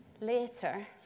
later